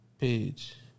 Page